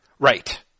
Right